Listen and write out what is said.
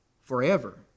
forever